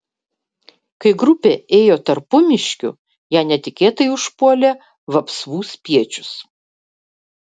kai grupė ėjo tarpumiškiu ją netikėtai užpuolė vapsvų spiečius